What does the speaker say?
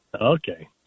Okay